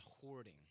hoarding